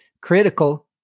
critical